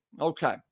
Okay